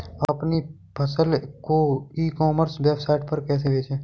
अपनी फसल को ई कॉमर्स वेबसाइट पर कैसे बेचें?